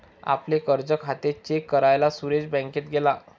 आपले कर्ज खाते चेक करायला सुरेश बँकेत गेला